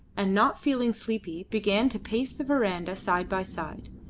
and not feeling sleepy began to pace the verandah side by side.